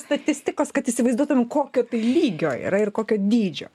statistikos kad įsivaizduotum kokio tai lygio yra ir kokio dydžio